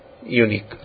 unique